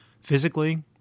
physically